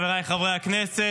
חבריי חברי הכנסת,